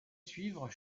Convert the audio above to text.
suivre